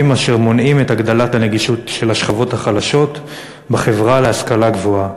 אשר מונעים את הגדלת הנגישות של השכבות החלשות בחברה להשכלה גבוהה".